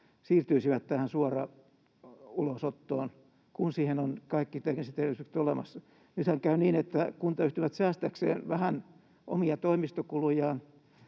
siirtyisivät tähän suoraulosottoon, kun siihen on kaikki tekniset edellytykset olemassa? Sehän käy niin, että kuntayhtymät säästääkseen vähän omia toimistokulujaan